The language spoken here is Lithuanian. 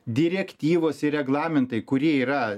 direktyvos ir reglamentai kurie yra